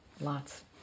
Lots